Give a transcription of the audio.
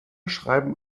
schreiben